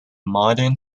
modern